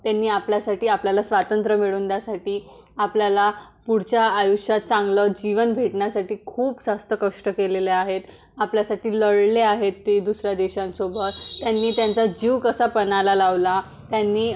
त्यांनी आपल्यासाठी आपल्याला स्वातंत्र मिळवून द्यासाठी आपल्याला पुढच्या आयुष्यात चांगलं जीवन भेटण्यासाठी खूप जास्त कष्ट केलेले आहेत आपल्यासाठी लढले आहेत ते दुसऱ्या देशांसोबत त्यांनी त्यांचा जीव कसा पणाला लावला त्यांनी